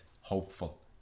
hopeful